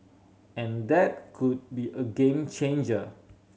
and that could be a game changer